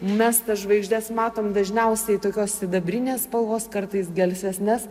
mes tas žvaigždes matom dažniausiai tokios sidabrinės spalvos kartais gelsvesnes